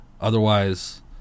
Otherwise